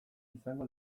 izango